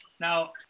Now